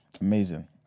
Amazing